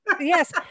yes